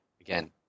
again